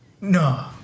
No